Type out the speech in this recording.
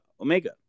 Omega